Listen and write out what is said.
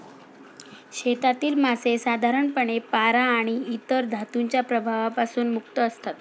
शेतातील मासे साधारणपणे पारा आणि इतर धातूंच्या प्रभावापासून मुक्त असतात